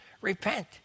Repent